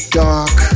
dark